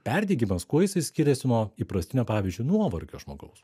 perdegimas kuo jisai skiriasi nuo įprastinio pavyzdžiui nuovargio žmogaus